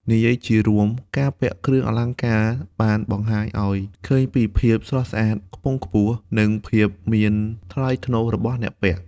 និយាយជារួម ការពាក់គ្រឿងអលង្ការបានបង្ហាញឲ្យឃើញពីភាពស្រស់ស្អាត ខ្ពង់ខ្ពស់ និងភាពមានថ្លៃថ្នូររបស់អ្នកពាក់។